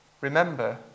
remember